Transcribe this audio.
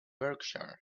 berkshire